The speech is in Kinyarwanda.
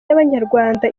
y’abanyarwanda